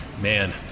man